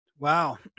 Wow